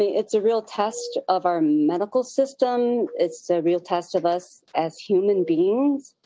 it's a real test of our medical system. it's a real test of us as human beings.